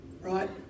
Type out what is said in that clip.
right